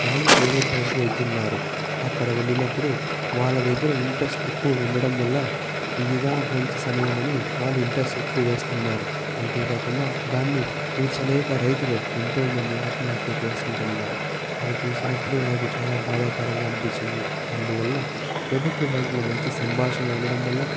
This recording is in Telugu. వాళ్ళు ప్రైవేట్ బ్యాంకు వెళ్తున్నారు అక్కడ వెళ్లినప్పుడు వాళ్ల దగ్గర ఇంట్రెస్ట్ ఎక్కువ ఉండడం వల్ల ఇదిదా మంచి సమయమని వాళ్ళు ఇంట్రెస్ట్ ఎక్కువ వేస్తున్నారు అంతేకాకుండా దాన్ని తీర్చలేక రైతులు ఎంతోమంది ఆత్మహత్య చేసుకుంటున్నారు అది చూసినప్పుడు నాకు చాలా బాధాకరంగా అనిపించింది అందువల్ల ప్రభుత్వం బ్యాంకులో మంచి సంభాషణ ఉండటం వల్ల